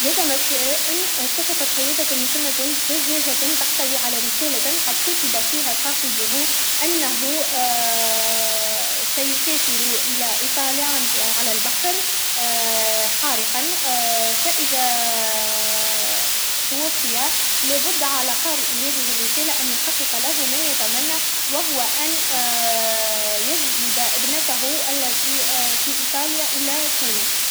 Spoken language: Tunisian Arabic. ذات مساء، اكتشفت صيادة مسنة زجاجة تحتوي على رسالة قد كتب فيها صاحبه انه سيسافر الى إيطاليا على البحر حارقا فاذا لا بد على قائ هذه الرساله ان يحقق له ما تمنى و هو ان يجلب ابنته التي في إيطاليا الى تونس